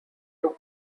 two